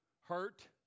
hurt